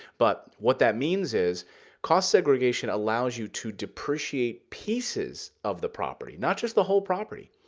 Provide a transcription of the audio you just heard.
but what that means is cost segregation allows you to depreciate pieces of the property, not just the whole property.